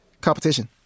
competition